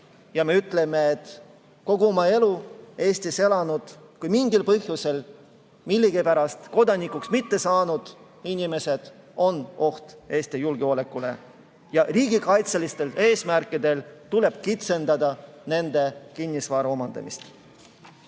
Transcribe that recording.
ja me ütleme, et kogu oma elu Eestis elanud, kuid mingil põhjusel millegipärast kodanikuks mittesaanud inimesed on oht Eesti julgeolekule ja riigikaitselistel eesmärkidel tuleb kitsendada nende kinnisvara omandamise